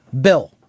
Bill